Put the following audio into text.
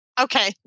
Okay